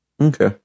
Okay